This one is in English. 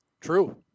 true